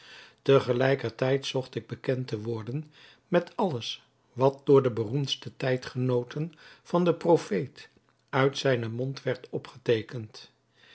gelijkertijd zocht ik bekend te worden met alles wat door de beroemdste tijdgenooten van den profeet uit zijnen mond werd opgeteekend